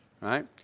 Right